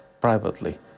privately